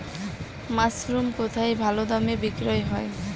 Mushroom কেথায় ভালোদামে বিক্রয় হয়?